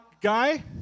guy